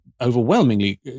overwhelmingly